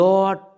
Lord